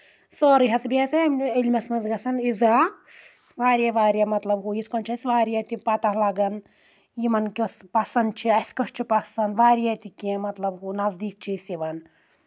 سورُے ہَسا بیٚیہِ ہَسا علمِس منٛز گژھان عزا واریاہ واریاہ مطلب ہُہ یِتھ کٔنۍ چھُ اَسہِ واریاہ تہِ پتہ لَگَان یِمَن کیٚس پَسنٛد چھِ اَسہِ کۄس چھِ پَسنٛد واریاہ تہِ کینٛہہ مطلب ہُہ نزدیٖک چھِ أسۍ یِوان